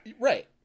Right